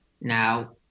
Now